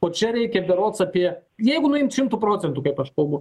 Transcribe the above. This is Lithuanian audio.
o čia reikia berods apie jeigu nuimt šimtu procentų kaip aš kalbu